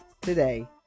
today